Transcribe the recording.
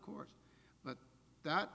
course but that